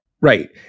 right